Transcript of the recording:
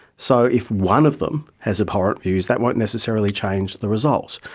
so if one of them has abhorrent views, that won't necessarily change the result.